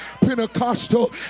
Pentecostal